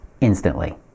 instantly